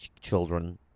children